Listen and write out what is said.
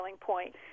point